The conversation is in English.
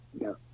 No